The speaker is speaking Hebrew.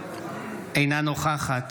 אינה נוכחת